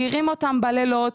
מעירים אותם בלילות.